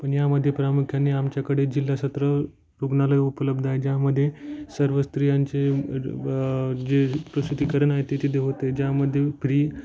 पण यामध्ये प्रामुख्याने आमच्याकडे जिल्हा सत्र रुग्णालय उपलब्ध आहे ज्यामध्ये सर्व स्त्रियांचे जे प्रसूतिकरण आहे ते तिथे होते ज्यामधे फ्री